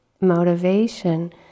motivation